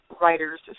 writer's